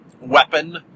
weapon